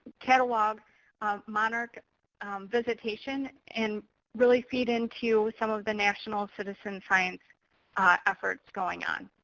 catalog monarch visitation, and really feed into some of the national citizen-science efforts going on.